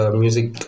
music